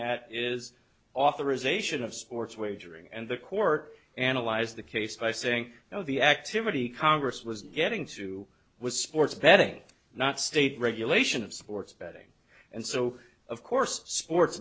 at is authorization of sports wagering and the court analyze the case by saying now the activity congress was getting to was sports betting not state regulation of sports betting and so of course sports